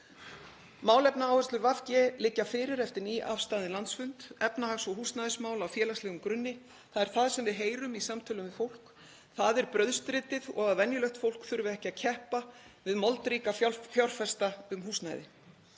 Málefnaáherslur VG liggja fyrir eftir nýafstaðinn landsfund: Efnahags- og húsnæðismál á félagslegum grunni. Það er það sem við heyrum í samtölum við fólk. Það er brauðstritið og að venjulegt fólk þurfi ekki að keppa við moldríka fjárfesta um húsnæði.